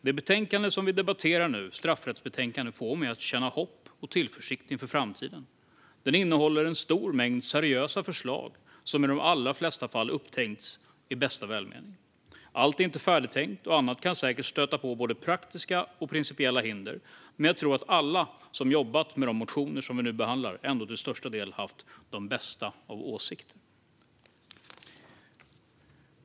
Det betänkande vi nu debatterar, straffrättsbetänkandet, får mig att känna hopp och tillförsikt inför framtiden. Det innehåller en stor mängd seriösa förslag som i de allra flesta fall kommit till i bästa välmening. Allt är inte färdigtänkt, och annat kan säkert stöta på både praktiska och principiella hinder. Men jag tror ändå att alla som har jobbat med de motioner som vi nu behandlar till största delen har haft de bästa avsikter.